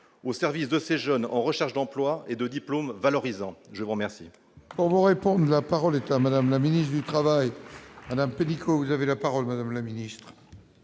au service de ces jeunes en recherche d'emploi et de diplômes valorisant, je vous remercie.